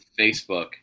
Facebook